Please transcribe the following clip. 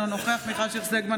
אינו נוכח מיכל שיר סגמן,